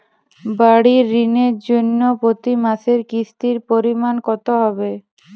বাড়ীর ঋণের জন্য প্রতি মাসের কিস্তির পরিমাণ কত হবে?